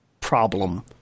problem